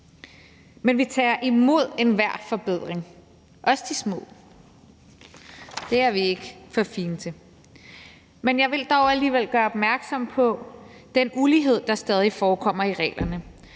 Men vi tager imod enhver forbedring, også de små. Det er vi ikke for fine til. Men jeg vil dog alligevel gøre opmærksom på den ulighed, der stadig forekommer i reglerne.